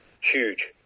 Huge